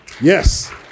yes